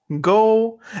Go